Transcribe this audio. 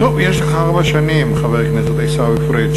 טוב, יש לך ארבע שנים, חבר הכנסת עיסאווי פריג'.